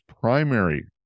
primary